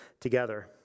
together